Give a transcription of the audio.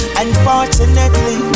unfortunately